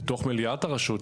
בתוך מליאת הרשות,